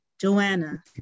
Joanna